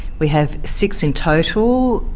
we have six in total,